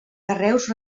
carreus